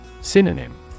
Synonym